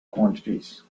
quantities